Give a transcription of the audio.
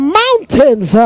mountains